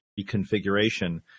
reconfiguration